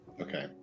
okay